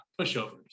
pushovers